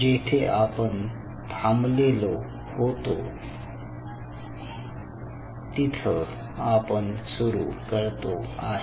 जेथे आपण थांबलो होतो तिथं आपण सुरू करतो आहे